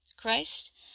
Christ